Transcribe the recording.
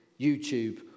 YouTube